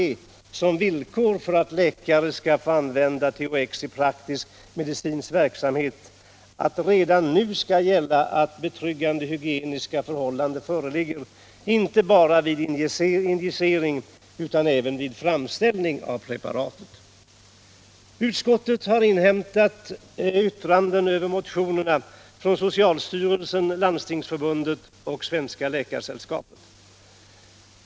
Utskottet har inhämtat yttranden över motionerna från socialstyrelsen, Landstingsförbundet och Svenska läkaresällskapet.